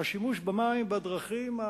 השימוש במים בדרכים,